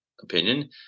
opinion